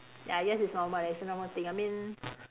ya I guess it's normal it's a normal thing I mean